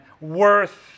worth